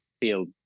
field